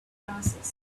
glasses